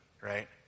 right